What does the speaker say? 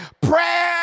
Prayer